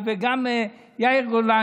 וגם יאיר גולן,